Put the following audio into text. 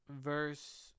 verse